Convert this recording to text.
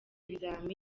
ibizami